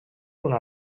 una